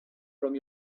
from